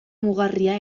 mugarria